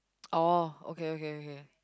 orh okay okay okay